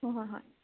ꯍꯣꯏ ꯍꯣꯏ ꯍꯣꯏ